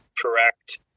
correct